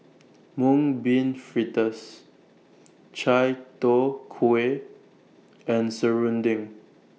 Mung Bean Fritters Chai Tow Kway and Serunding